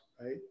right